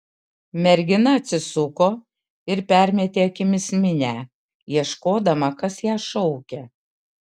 mergina atsisuko ir permetė akimis minią ieškodama kas ją šaukia